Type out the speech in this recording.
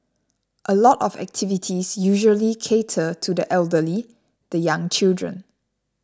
a lot of activities usually cater to the elderly the young children